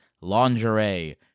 lingerie